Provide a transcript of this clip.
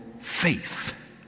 faith